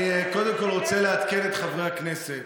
אני קודם כול רוצה לעדכן את חברי הכנסת